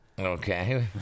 Okay